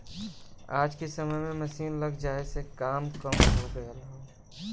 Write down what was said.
आज के समय में मसीन लग जाये से काम कम हो गयल हौ